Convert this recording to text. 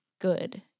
good